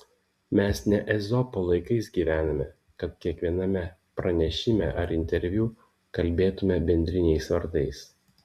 mes ne ezopo laikais gyvename kad kiekviename pranešime ar interviu kalbėtume bendriniais vardais